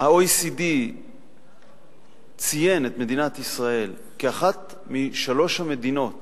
ה-OECD ציין את מדינת ישראל כאחת משלוש המדינות